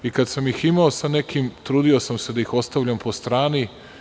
I kad sam ih imao sa nekim, trudio sam se da ih ostavljam po strani.